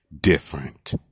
different